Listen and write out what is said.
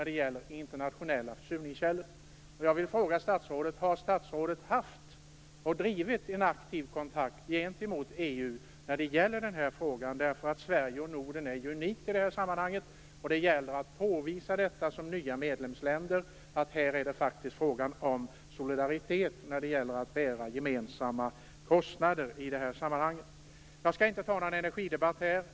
Jag vill då fråga statsrådet: Har statsrådet haft en aktiv kontakt med EU i den här frågan? Sverige och de nordiska länderna är unika i det här sammanhanget, och som nytt medlemsland gäller det att påvisa att det här är fråga om solidaritet och om att bära gemensamma kostnader. Jag skall inte ta upp någon energidebatt här.